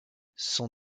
son